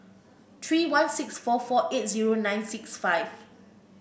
three one six four four eight zero nine six five